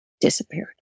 disappeared